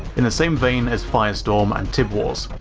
in the same vein as firestorm and tib wars.